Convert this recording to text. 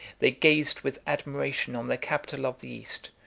they gazed with admiration on the capital of the east,